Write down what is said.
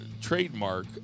Trademark